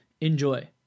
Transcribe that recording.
Enjoy